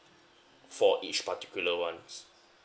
for each particular ones